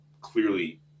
clearly